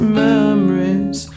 memories